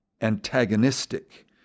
antagonistic